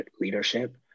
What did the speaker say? leadership